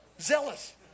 Zealous